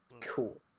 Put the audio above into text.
Cool